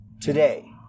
today